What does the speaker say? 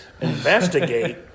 Investigate